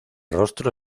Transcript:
rostro